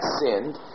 sinned